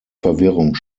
verwirrung